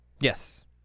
Yes